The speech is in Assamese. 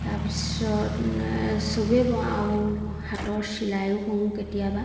তাৰপিছত চবেই বওঁ আৰু হাতৰ চিলাইও কৰোঁ কেতিয়াবা